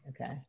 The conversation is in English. Okay